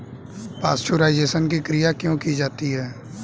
Pasteurisation की क्रिया क्यों की जाती है?